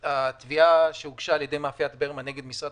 התביעה שהוגשה על-ידי מאפיית ברמן נגד משרד